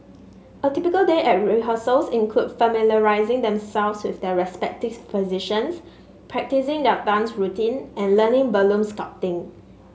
a typical day at rehearsals includes familiarising themselves with their respective positions practising their dance routine and learning balloon sculpting